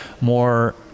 more